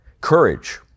Courage